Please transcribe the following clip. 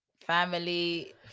Family